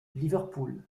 liverpool